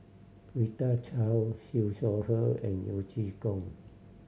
Rita Chao Siew Shaw Her and Yeo Chee Kiong